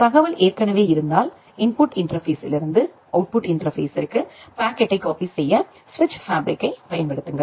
தகவல் ஏற்கனவே இருந்தால் இன்புட் இன்டர்பேஸ்ஸிலிருந்து அவுட்புட் இன்டர்பேஸ்ஸிர்க்கு பாக்கெட்டை காப்பி செய்ய சுவிட்ச் ஃபேப்ரிக்யைப் பயன்படுத்துங்கள்